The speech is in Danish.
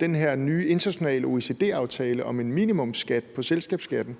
den her nye internationale OECD-aftale om en minimumsskat i forhold til selskabsskatten?